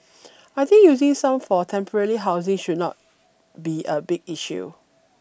I think using some for temporary housing should not be a big issue